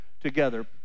together